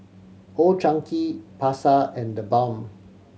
Old Chang Kee Pasar and TheBalm